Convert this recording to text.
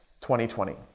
2020